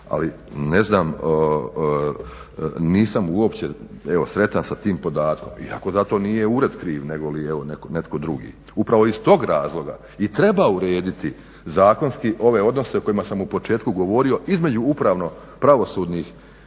ali ne znam nisam uopće sretan sa tim podatkom, iako za to nije ured kriv negoli netko drugi. Upravo iz tog razloga i treba urediti zakonske ove odnose o kojima sam u početku govorio između upravno pravosudnih